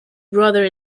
brother